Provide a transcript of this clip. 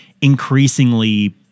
increasingly